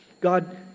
God